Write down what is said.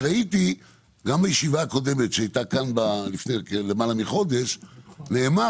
בישיבה הקודמת שהייתה למעלה מחודש בה נאמר